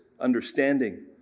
understanding